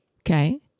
Okay